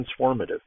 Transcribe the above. transformative